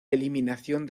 eliminación